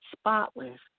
spotless